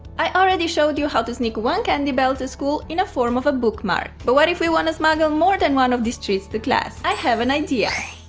i already showed you how to sneak one candy belt to school in a form of bookmark! but what if we want to smuggle more than one of these treats to class? i have an idea!